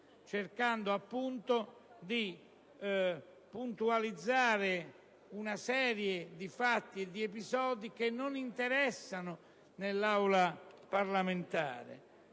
tentando di puntualizzare una serie di fatti ed episodi che non interessano nell'Aula parlamentare: